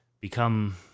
become